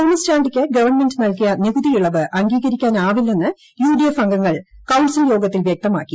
Thomas ചാണ്ടിക്ക് government നൽകിയ നികുതിയിളവ് അംഗീകരിക്കാനാവില്ലെന്ന് യുഡിഎഫ് അംഗങ്ങൾ കൌൺസിൽ യോഗത്തിൽ വൃക്തമാക്കി